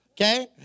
okay